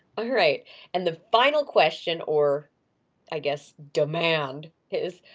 alright and the final question or i guess demand is,